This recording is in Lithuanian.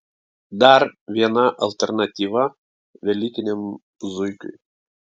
dar viena alternatyva velykiniam zuikiui